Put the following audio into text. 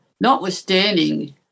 Notwithstanding